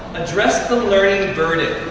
address the learning burden.